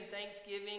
thanksgiving